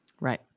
Right